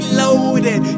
loaded